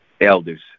elders